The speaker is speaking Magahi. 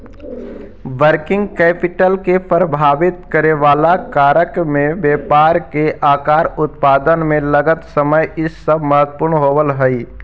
वर्किंग कैपिटल के प्रभावित करेवाला कारक में व्यापार के आकार, उत्पादन में लगल समय इ सब महत्वपूर्ण होव हई